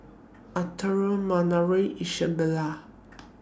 Arturo Minervia Isabela